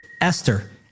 Esther